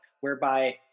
whereby